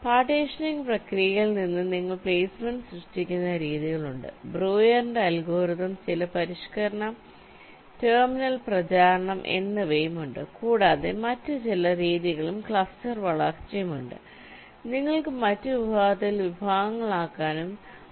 partitioning പ്രക്രിയയിൽ നിന്ന് നിങ്ങൾ പ്ലെയ്സ്മെന്റ് സൃഷ്ടിക്കുന്ന രീതികളുണ്ട് ബ്രൂയറിന്റെ അൽഗോരിതംBreuer's algorithm ചില പരിഷ്ക്കരണ ടെർമിനൽ പ്രചരണം എന്നിവയും ഉണ്ട് കൂടാതെ മറ്റ് ചില രീതികളും ക്ലസ്റ്റർ വളർച്ചയും ഉണ്ട് നിങ്ങൾക്ക് മറ്റ് വിഭാഗത്തിൽ വിഭാഗങ്ങളാക്കാനും കഴിയും